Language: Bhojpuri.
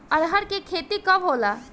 अरहर के खेती कब होला?